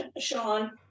Sean